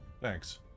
Thanks